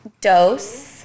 dose